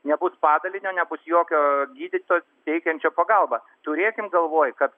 nebus padalinio nebus jokio gydytojo teikiančio pagalbą turėkim galvoj kad